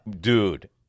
Dude